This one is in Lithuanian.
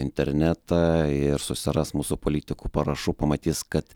internetą ir susiras mūsų politikų parašų pamatys kad